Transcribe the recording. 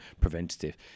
preventative